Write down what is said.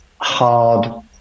hard